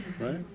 Right